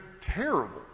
terrible